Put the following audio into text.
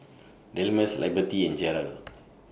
Delmus Liberty and Jarrell